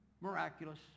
miraculous